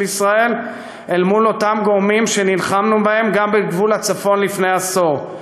ישראל אל מול אותם גורמים שנלחמנו בהם גם בגבול הצפון לפני עשור,